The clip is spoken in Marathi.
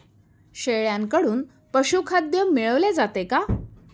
शेळ्यांकडून पशुखाद्य मिळवले जाते का?